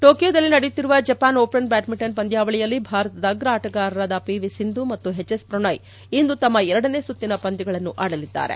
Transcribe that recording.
ಟೋಕಿಯೋದಲ್ಲಿ ನಡೆಯುತ್ತಿರುವ Japan open badminton ಪಂದ್ಯಾವಳಿಯಲ್ಲಿ ಭಾರತದ ಅಗ್ರ ಆಟಗಾರರಾದ ಪಿ ವಿ ಸಿಂಧು ಮತ್ತು ಹೆಚ್ ಎಸ್ ಪ್ರಣೋಯ್ ಇಂದು ತಮ್ನ ಎರಡನೇ ಸುತ್ತಿನ ಪಂದ್ಯಗಳನ್ನು ಆಡಲಿದ್ದಾರೆ